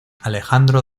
alejandro